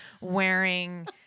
wearing